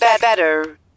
better